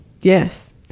Yes